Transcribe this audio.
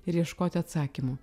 ir ieškoti atsakymų